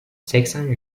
seksen